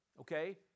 Okay